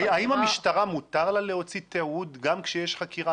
האם למשטרה מותר להוציא תיעוד גם כשיש חקירה?